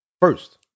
first